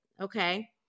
okay